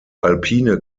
alpine